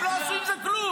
הם לא עשו עם זה כלום.